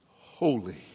holy